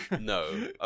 No